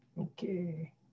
Okay